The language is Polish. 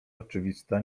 oczywista